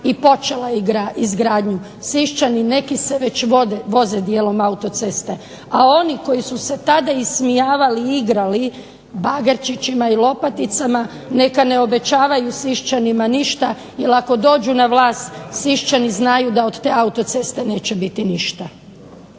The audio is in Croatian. i počela je izgradnju. Siščani neki se već voze dijelom autoceste, a oni koji su se tada ismijavali i igrali bagerčićima i lopaticama neka ne obećavaju Siščanima ništa jer ako dođu na vlast Siščani znaju da od te autoceste neće biti ništa.